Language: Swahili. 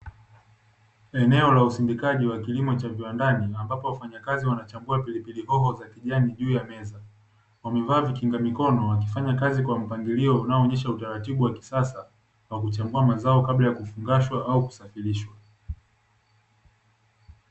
Eneo la usindikaji wa kilimo cha viwandani ambapo wafanyakazi wanachambua pilipili hoho za kijani juu ya meza. Wamevaa vikinga mikono wakifanya kazi kwa mpangilio unaoonyesha utaratibu wa kisasa kwa kuchambua mazao kabla ya kufungashwa au kusafirishwa.